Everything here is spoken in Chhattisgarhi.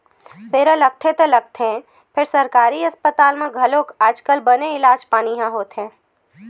बेरा लगथे ता लगथे फेर सरकारी अस्पताल मन म घलोक आज कल बने इलाज पानी ह होथे